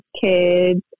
kids